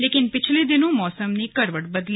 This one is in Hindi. लेकिन पिछले दिनों मौसम ने करवट बदली